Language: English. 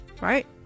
right